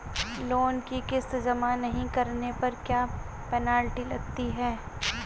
Loan की किश्त जमा नहीं कराने पर क्या पेनल्टी लगती है?